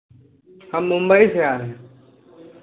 हम मुंबई से आ रहे हैं